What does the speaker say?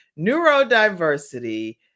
Neurodiversity